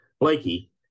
Blakey